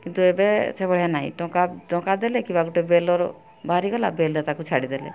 କିନ୍ତୁ ଏବେ ସେ ଭଳିଆ ନାହିଁ ଟଙ୍କା ଟଙ୍କା ଦେଲେ କିବା ଗୋଟେ ବେଲ୍ର ବାହାରିଗଲା ବେଲ୍ରେ ତାକୁ ଛାଡ଼ିଦେଲେ